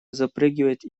запрыгивать